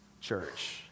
church